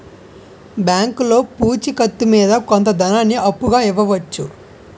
బ్యాంకులో పూచి కత్తు మీద కొంత ధనాన్ని అప్పుగా ఇవ్వవచ్చు